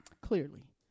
Clearly